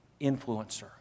influencer